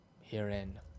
Herein